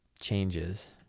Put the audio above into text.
changes